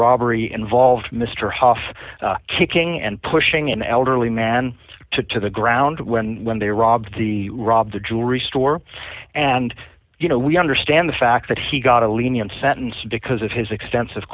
robbery involved mr hof kicking and pushing an elderly man to the ground when when they robbed the robbed a jewelry store and you know we understand the fact that he got a lenient sentence because of his extensive